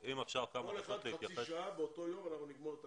לכל אחד תהיה חצי שעה באותו יום ונגמור הכול.